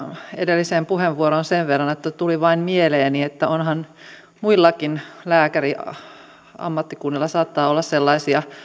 edelliseen puheenvuoroon liittyen sen verran että tuli vain mieleeni että muillakin lääkäriammattikunnilla saattaa olla sellaisia